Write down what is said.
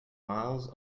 miles